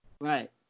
Right